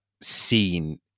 seen